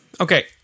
Okay